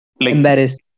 Embarrassed